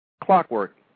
clockwork